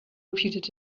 repeated